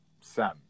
Sam